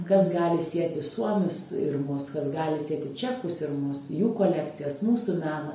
kas gali sieti suomius ir mus kas gali sieti čekus ir mus jų kolekcijas mūsų meną